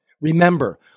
Remember